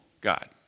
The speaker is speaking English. God